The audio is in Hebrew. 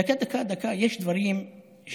דקה, דקה, דקה, יש דברים שאדוני,